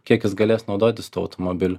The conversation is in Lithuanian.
kiek jis galės naudotis tuo automobiliu